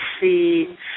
see